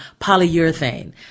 polyurethane